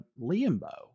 Liambo